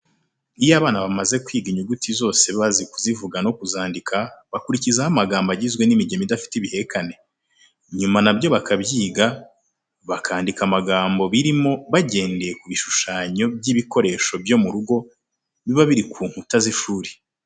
Iyo abana bamaze kwiga inyuguti zose bazi kuzivuga no kuzandika, bakurikizaho amagambo agizwe n'imigemo idafite ibihekane, nyuma na byo bakabyiga, bakandika amagambo birimo bagendeye ku bishushanyo by'ibikoresho byo mu rugo, biba biri ku nkuta z'ishuri.